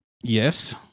Yes